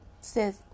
says